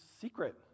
secret